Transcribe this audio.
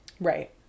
Right